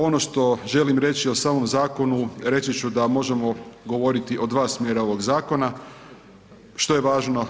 Ono što želim reći o samom zakonu, reći ću da možemo govoriti o 2 smjera ovog zakona, što je važno.